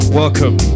welcome